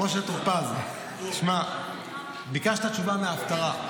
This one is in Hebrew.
משה טור פז, שמע, ביקשת תשובה מההפטרה: